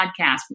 podcast